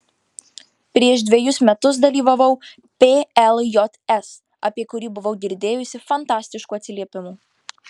prieš dvejus metus dalyvavau pljs apie kurį buvau girdėjusi fantastiškų atsiliepimų